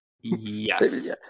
Yes